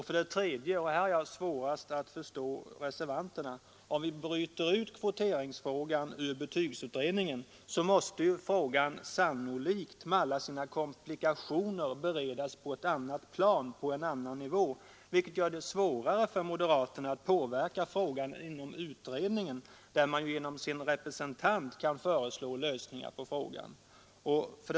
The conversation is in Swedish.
För det tredje — och här har jag svårast att förstå reservanterna: Om vi bryter ut kvoteringsfrågan ur betygsutredningen så måste frågan med alla sina komplikationer sannolikt beredas på en annan nivå, vilket gör det svårare för moderaterna att påverka den. Inom utredningen kan de genom sin representant föreslå lösningar.